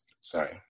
sorry